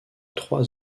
trois